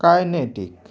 kinetic